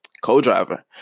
co-driver